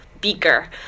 beaker